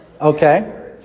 Okay